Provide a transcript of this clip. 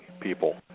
people